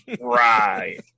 right